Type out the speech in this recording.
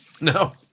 No